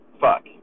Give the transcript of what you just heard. fuck